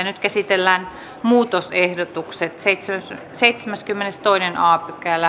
nyt käsitellään muutosehdotukset